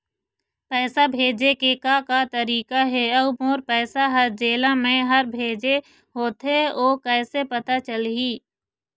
पैसा भेजे के का का तरीका हे अऊ मोर पैसा हर जेला मैं हर भेजे होथे ओ कैसे पता चलही?